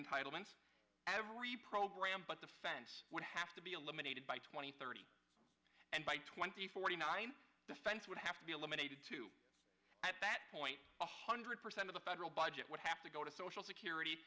entitlements every program but defense would have to be eliminated by twenty thirty and by twenty forty nine defense would have to be eliminated to at that point a hundred percent of the federal budget would have to go to social security